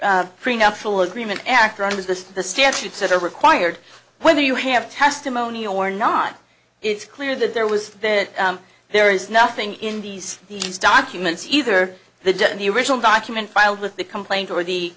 the prenuptial agreement act around is this the standards that are required when you have testimony or not it's clear that there was that there is nothing in these these documents either the judge in the original document filed with the complaint or the